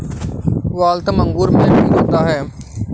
Waltham अंगूर में बीज होता है